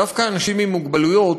שדווקא אנשים עם מוגבלות,